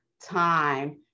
time